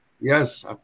Yes